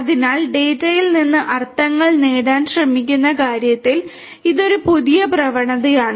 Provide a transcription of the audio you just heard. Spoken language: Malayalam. അതിനാൽ ഡാറ്റയിൽ നിന്ന് അർത്ഥങ്ങൾ നേടാൻ ശ്രമിക്കുന്ന കാര്യത്തിൽ ഇത് ഒരു പുതിയ പ്രവണതയാണ്